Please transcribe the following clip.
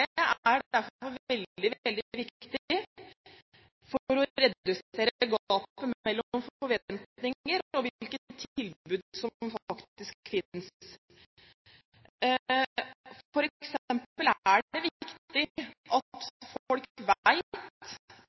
derfor veldig viktig for å redusere gapet mellom forventninger og hvilke tilbud som faktisk finnes. For eksempel er det viktig at folk vet at norsk utenrikstjeneste også må forholde seg til